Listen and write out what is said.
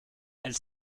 elle